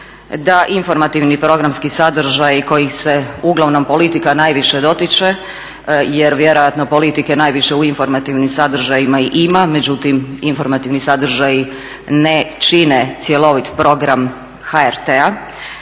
Da informativni programski sadržaji kojih se uglavnom politika najviše dotiče jer vjerojatno politike najviše u informativnim sadržajima i ima međutim informativni sadržaji ne čine cjelovit program HRT-a.